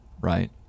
right